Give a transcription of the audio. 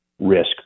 risk